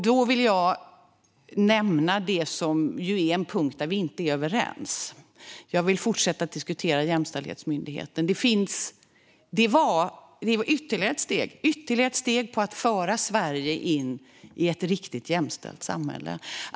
Då vill jag nämna en punkt där vi inte är överens. Jag vill fortsätta att diskutera Jämställdhetsmyndigheten. Den var ytterligare ett steg för att föra Sverige in i ett riktigt jämställt samhälle.